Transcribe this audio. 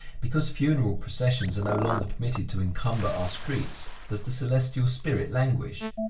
because funeral processions are no longer permitted to encumber our streets, does the celestial spirit languish?